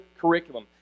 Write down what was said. curriculum